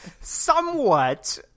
Somewhat